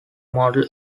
model